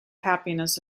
happiness